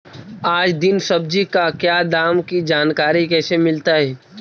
आज दीन सब्जी का क्या दाम की जानकारी कैसे मीलतय?